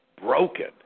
broken